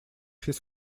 his